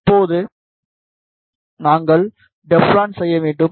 இப்போது நாங்கள் டெஃப்ளான் செய்ய வேண்டும்